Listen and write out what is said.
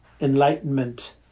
enlightenment